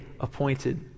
appointed